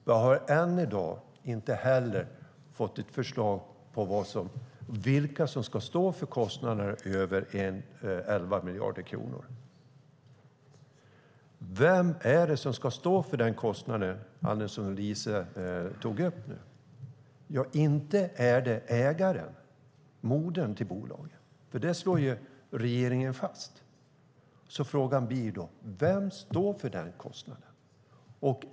Vi har inte heller fått ett förslag på vilka som ska stå för kostnaderna över 11 miljarder kronor. Vem ska stå för den kostnad som Lise tog upp nu? Ja, inte är det ägaren, modern till bolaget. Det slår regeringen fast. Frågan blir: Vem står för den kostnaden?